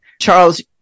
Charles